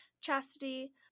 chastity